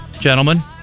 Gentlemen